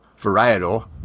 Varietal